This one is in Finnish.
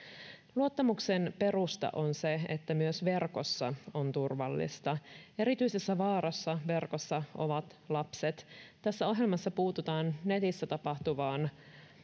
luottamuksen perusta on se että myös verkossa on turvallista erityisessä vaarassa verkossa ovat lapset tässä ohjelmassa puututaan netissä tapahtuvaan